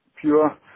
pure